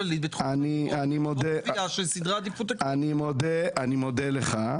אני מודה לך,